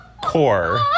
core